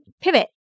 pivot